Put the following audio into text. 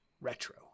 Retro